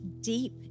deep